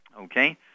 okay